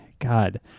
God